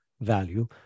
value